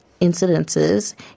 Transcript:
incidences